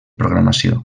programació